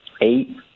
eight